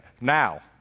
now